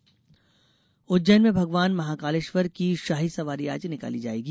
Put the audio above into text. महाकालेश्वर सवारी उज्जैन में भगवान महाकालेश्वर की शाही सवारी आज निकाली जायेगी